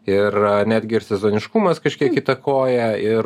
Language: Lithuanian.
ir netgi ir sezoniškumas kažkiek įtakoja ir